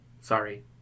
sorry